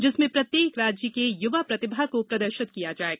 जिसमें प्रत्येक राज्य के युवा प्रतिभा को प्रदर्शित करेंगे